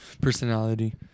personality